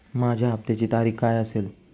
माझ्या हप्त्याची तारीख काय असेल?